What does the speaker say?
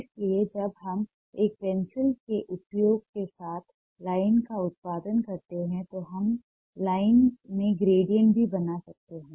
इसलिए जब हम एक पेंसिल के उपयोग के साथ लाइन का उत्पादन करते हैं तो हम लाइन में ग्रेडिएंट भी बना सकते हैं